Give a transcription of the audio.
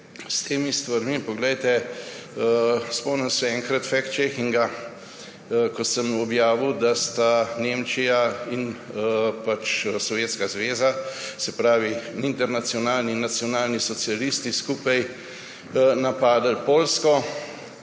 s temi stvarmi? Spomnim se enkrat fact-checkinga, ko sem objavil, da sta Nemčija in Sovjetska zveza, se pravi internacionalni in nacionalni socialisti, skupaj napadli Poljsko